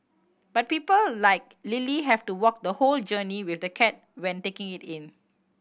but people like Lily have to walk the whole journey with the cat when taking it in